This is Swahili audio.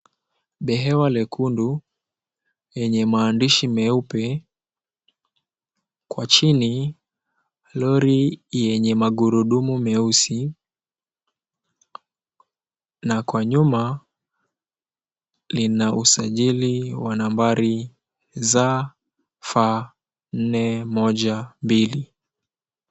Behewa lekundu lenye maandishi meupe. Kwa chini, lori yenye magurudumu meusi na kwa nyuma lina usajili wa nambari za F412.